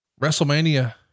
WrestleMania